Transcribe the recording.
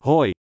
Hoi